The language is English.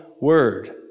word